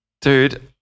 Dude